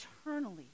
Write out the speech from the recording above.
eternally